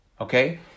Okay